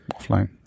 offline